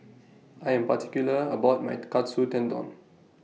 I Am particular about My Katsu Tendon